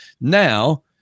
Now